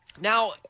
Now